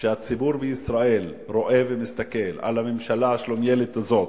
שהציבור בישראל רואה ומסתכל על הממשלה השלומיאלית הזאת.